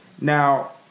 Now